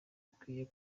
akwiye